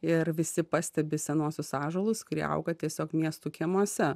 ir visi pastebi senuosius ąžuolus kurie auga tiesiog miestų kiemuose